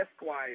Esquire